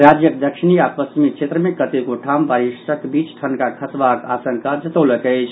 राज्यक दक्षिणी आओर पश्चिमी क्षेत्र मे कतेको ठाम बारिशक बीच ठनका खसबाक आशंका जतौलक अछि